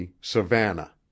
savannah